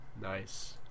Nice